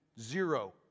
zero